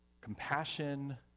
compassion